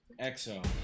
EXO